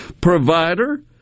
Provider